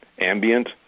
ambient